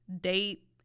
date